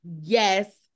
Yes